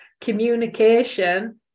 communication